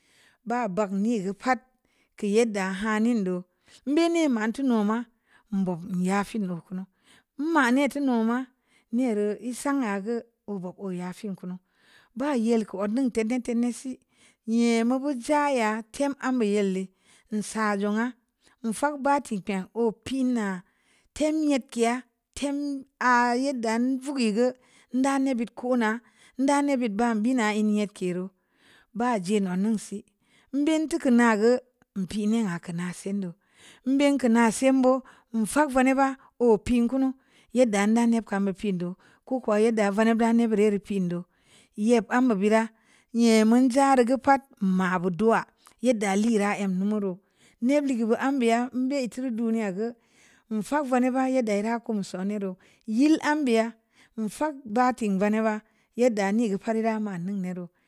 Ba bahgni pat kayidda hanin du banim tunon ma gbur nyafi donkonu nma net tunu nere esan nagu ovo ogu yafin kunu ba yelko onin tene tenesi yemu bu jahya timp ambu yelle nsa jung'a ofang ba timpe opinna tem yet kiya tem-a-yadda vugwehu nda net bikona nda neb mbam bina ena yet kiru ba jinu'un si nbin tuku nagu npini haga na sindu npini na sembo enfang vaneba opin kunu yeda ndamin pindu kokuwa yanda vana barane pindu yeb ama bira yemun jart gu pat ma bu dua yada lira en mururu namebutgu ambiya embe teri duniya gu en fang vaneba yadar vaku vanebu yil ambiya unfang ba ti vaniva yad da niga farira nin nuru.